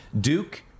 Duke